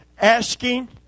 Asking